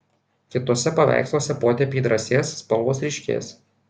kituose paveiksluose potėpiai drąsės spalvos ryškės